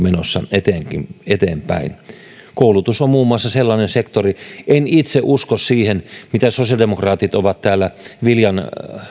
menossa eteenpäin koulutus on muun muassa sellainen sektori en itse usko siihen mitä sosiaalidemokraatit ovat täällä viljan